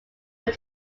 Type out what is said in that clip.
were